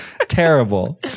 Terrible